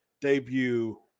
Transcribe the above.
debut